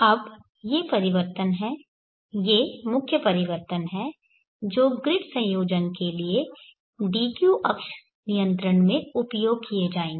अब ये परिवर्तन हैं ये मुख्य परिवर्तन हैं जो ग्रिड संयोजन के लिए dq अक्ष नियंत्रण में उपयोग किए जाएंगे